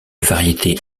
variété